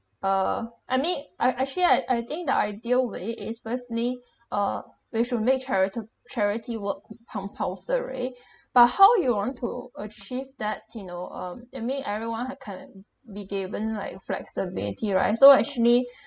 uh I mean I actually I I think the ideal way is firstly uh we should make charita~ charity work compul~ pulsory but how you want to achieve that you know um I mean everyone can be given like flexibility right so actually